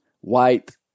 White